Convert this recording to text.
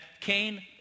Cain